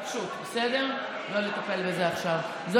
אני חושבת שזאת טיפשות לא לטפל בזה עכשיו, בסדר?